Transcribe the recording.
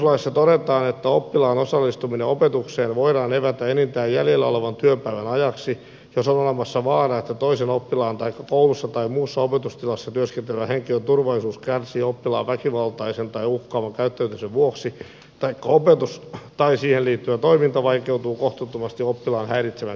perusopetuslaissa todetaan että oppilaan osallistuminen opetukseen voidaan evätä enintään jäljellä olevan työpäivän ajaksi jos on olemassa vaara että toisen oppilaan taikka koulussa tai muussa opetustilassa työskentelevän henkilön turvallisuus kärsii oppilaan väkivaltaisen tai uhkaavan käyttäytymisen vuoksi taikka opetus tai siihen liittyvä toiminta vaikeutuu kohtuuttomasti oppilaan häiritsevän käyttäytymisen vuoksi